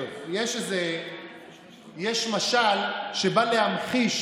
יש משל שבא להמחיש